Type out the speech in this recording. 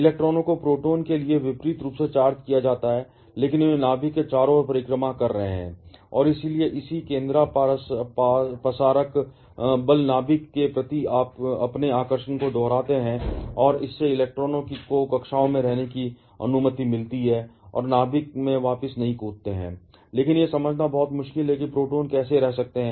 इलेक्ट्रॉनों को प्रोटॉन के लिए विपरीत रूप से चार्ज किया जाता है लेकिन वे नाभिक के चारों ओर परिक्रमा कर रहे हैं और इसलिए इसी केन्द्रापसारक बल नाभिक के प्रति अपने आकर्षण को दोहराते हैं और इससे इलेक्ट्रॉनों को कक्षाओं में रहने की अनुमति मिलती है और नाभिक में वापस नहीं कूदते हैं लेकिन यह समझना बहुत मुश्किल है प्रोटॉन कैसे रह सकते हैं